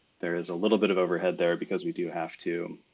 there is a little bit of overhead there because we do have to